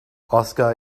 oscar